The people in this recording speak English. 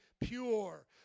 pure